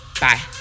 bye